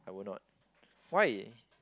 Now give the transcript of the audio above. I will not why